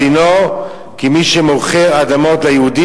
דינו כמי שמוכר אדמות ליהודים,